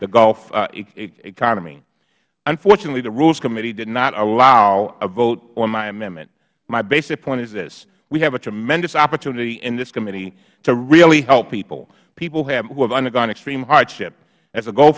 the gulf economy unfortunately the rules committee did not allow a vote on my amendment my basic point is this we have a tremendous opportunity in this committee to really help people people who have undergone extreme hardship as the goal